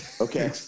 Okay